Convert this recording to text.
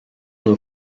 nos